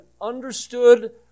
understood